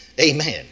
Amen